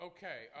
Okay